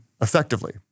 effectively